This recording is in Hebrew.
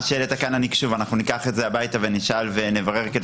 מה שהעלית כאן אנחנו ניקח את זה הביתה ונברר כדי